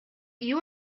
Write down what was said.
you